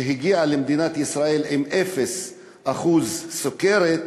שהגיעה למדינת ישראל עם 0% סוכרת,